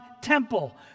temple